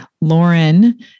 Lauren